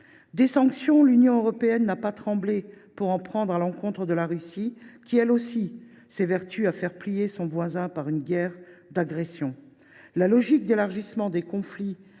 d’Israël. L’Union européenne n’a pas tremblé pour prendre des sanctions à l’encontre de la Russie, qui, elle aussi, s’évertue à faire plier son voisin par une guerre d’agression. La logique d’élargissement des conflits